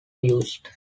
used